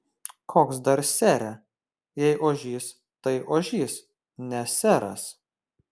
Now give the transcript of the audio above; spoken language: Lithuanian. koks dar sere jei ožys tai ožys ne seras